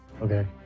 Okay